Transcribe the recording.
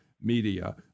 media